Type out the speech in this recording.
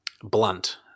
blunt